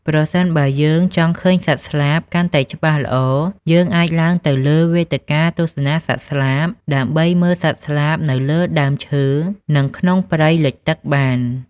ប្រសិនបើយើងចង់ឃើញសត្វស្លាបកាន់តែច្បាស់ល្អយើងអាចឡើងទៅលើវេទិកាទស្សនាសត្វស្លាបដើម្បីមើលសត្វស្លាបនៅលើដើមឈើ និងក្នុងព្រៃលិចទឹកបាន។